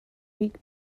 week